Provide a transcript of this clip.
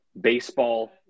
baseball